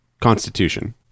constitution